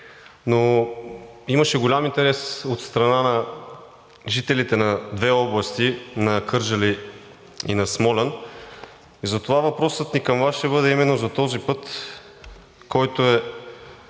но имаше голям интерес от страна на жителите на две области – на Кърджали и на Смолян, и затова въпросът ни към Вас ще бъде именно за този път, който